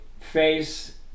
face